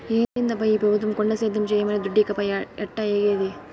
ఏందబ్బా ఈ పెబుత్వం కొండ సేద్యం చేయమనె దుడ్డీకపాయె ఎట్టాఏగేది